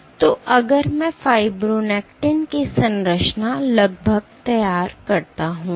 तो अगर मैं फाइब्रोनेक्टिन की संरचना लगभग तैयार करता हूं